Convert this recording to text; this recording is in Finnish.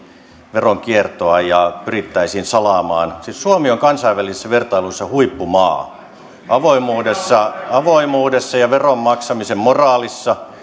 veronkiertoa ja pyrittäisiin salaamaan siis suomi on kansainvälisissä vertailuissa huippumaa avoimuudessa avoimuudessa ja veron maksamisen moraalissa